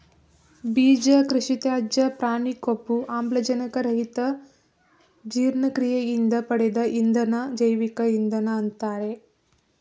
ಬೀಜ ಕೃಷಿತ್ಯಾಜ್ಯ ಪ್ರಾಣಿ ಕೊಬ್ಬು ಆಮ್ಲಜನಕ ರಹಿತ ಜೀರ್ಣಕ್ರಿಯೆಯಿಂದ ಪಡೆದ ಇಂಧನ ಜೈವಿಕ ಇಂಧನ ಅಂತಾರೆ